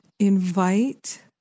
Invite